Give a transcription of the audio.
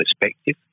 perspective